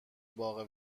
باغ